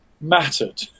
mattered